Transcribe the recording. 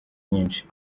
nyinshi